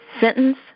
sentence